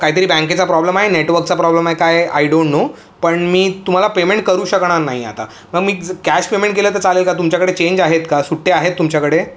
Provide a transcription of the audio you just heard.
काहीतरी बँकेचा प्रॉब्लम आहे नेटवर्कचा प्रॉब्लम आहे काय आय डोंट नो पण मी तुम्हाला पेमेंट करू शकणार नाही आहे आता मग मी कॅश पेमेंट केलं तर चालेल का तुमच्याकडे चेंज आहेत का सुटे आहेत तुमच्याकडे